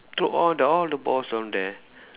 to all the all the balls down there